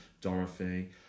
Dorothy